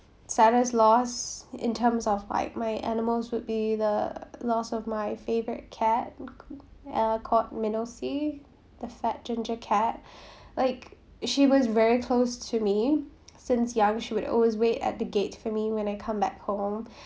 saddest loss in terms of like my animals would be the loss of my favourite cat uh called minosy the fat ginger cat like she was very close to me since young she would always wait at the gate for me when I come back home